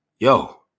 Yo